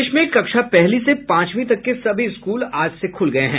प्रदेश में कक्षा पहली से पांचवी तक के सभी स्कूल आज से खुल गए हैं